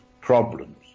problems